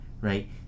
right